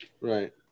Right